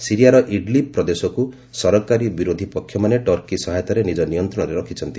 ସିରିଆର ଇଡ୍ଲିବ୍ ପ୍ରଦେଶକୁ ସରକାରୀ ବିରୋଧ୍ ପକ୍ଷମାନେ ଟର୍କୀ ସହାୟତାରେ ନିଜ ନିୟନ୍ତ୍ରଣରେ ରଖିଛନ୍ତି